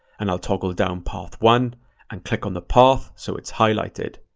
and i'll toggle down path one and click on the path so it's highlighted.